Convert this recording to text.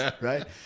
Right